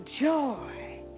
joy